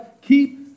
keep